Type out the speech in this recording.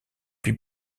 pis